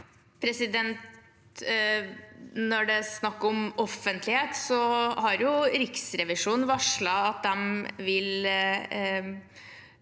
Når det er snakk om offentlighet, har Riksrevisjonen varslet at de vil